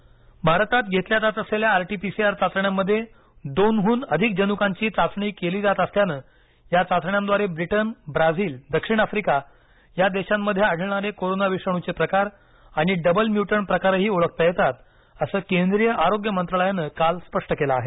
RT PCR भारतात घेतल्या जात असलेल्या आरटी पीसीआर चाचण्यांमध्ये दोनहून अधिक जनुकांची चाचणी केली जात असल्यानं या चाचण्यांद्वारे ब्रिटन ब्राझील दक्षिण आफ्रिका या देशांमध्ये आढळणारे कोरोना विषाणूचे प्रकार आणि डबल म्युटंट प्रकारही ओळखता येतात असं केंद्रीय आरोग्य मंत्रालयानं काल स्पष्ट केलं आहे